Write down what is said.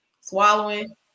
swallowing